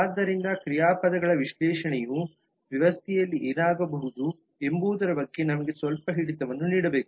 ಆದ್ದರಿಂದ ಕ್ರಿಯಾಪದಗಳ ವಿಶ್ಲೇಷಣೆಯು ವ್ಯವಸ್ಥೆಯಲ್ಲಿ ಏನಾಗಬಹುದು ಎಂಬುದರ ಬಗ್ಗೆ ನಮಗೆ ಸ್ವಲ್ಪ ಹಿಡಿತವನ್ನು ನೀಡಬೇಕು